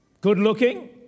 good-looking